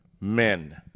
men